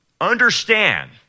understand